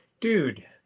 Dude